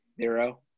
Zero